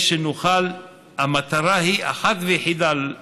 המטרה היא אחת ויחידה,